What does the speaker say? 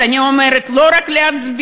אז אני אומרת: לא רק להצביע,